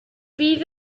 bydd